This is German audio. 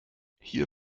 hier